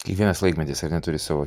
kiekvienas laikmetis ar ne turi savo